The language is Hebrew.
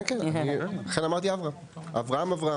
כן, לכן אמרתי, אברהם.